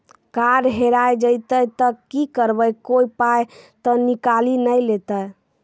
Card हेरा जइतै तऽ की करवै, कोय पाय तऽ निकालि नै लेतै?